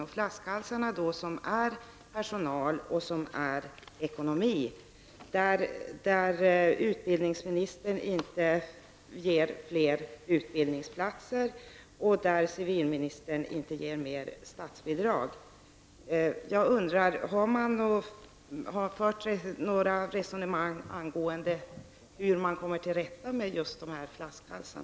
Dessa flaskhalsar har att göra med personalen och ekonomin på så sätt att utbildningsministern inte ger några fler utbildningsplatser och civilministern inte ger ytterligare statsbidrag. Har det förts några resonemang angående hur man skall komma till rätta just med dessa flaskhalsar?